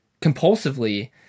compulsively